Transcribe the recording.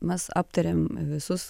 mes aptariam visus